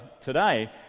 today